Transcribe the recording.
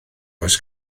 oes